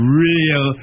real